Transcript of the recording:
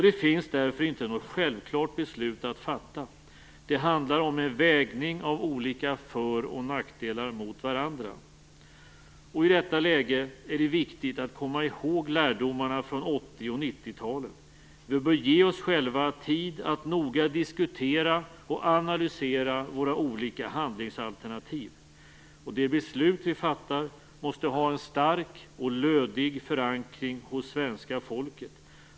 Det finns därför inte något självklart beslut att fatta. Det handlar om en vägning av olika för och nackdelar mot varandra. I detta läge är det viktigt att komma ihåg lärdomarna från 80 och 90-talen. Vi bör ge oss själva tid att noga diskutera och analysera våra olika handlingsalternativ, och det beslut vi fattar måste ha en stark och lödig förankring hos svenska folket.